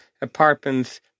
apartments